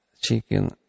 chicken